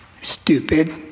Stupid